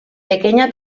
pequeña